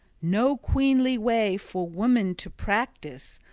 no queenly way for woman to practise,